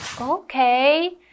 Okay